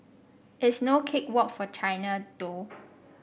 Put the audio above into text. it's no cake walk for China though